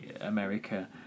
America